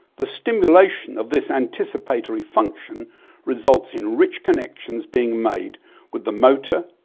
the stimulation of this anticipatory function results in rich connections being made with the motor,